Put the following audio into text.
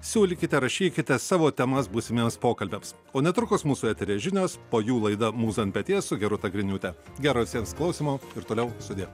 siūlykite rašykite savo temas būsimiems pokalbiams o netrukus mūsų eteryje žinios po jų laida mūza ant peties su gerūta griniūte gero visiems klausymo ir toliau sudie